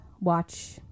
watch